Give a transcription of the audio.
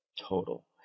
total